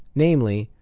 namely,